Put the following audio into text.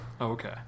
okay